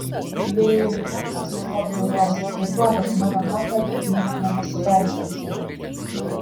jei ir yra kas kuo bjauriuosi tai tuo kad į mano kambarį įeinama nesibeldžiant